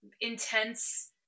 intense